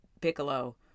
Piccolo